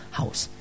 house